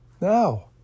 Now